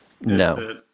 No